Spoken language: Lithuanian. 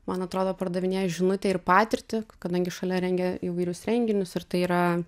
man atrodo pardavinėja žinutę ir patirtį kadangi šalia rengia įvairius renginius ir tai yra